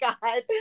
God